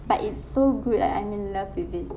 but it's so good I I'm in love with it